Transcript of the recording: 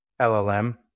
LLM